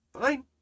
Fine